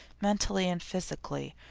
mentally and physically,